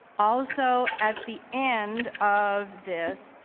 also, at the end of this,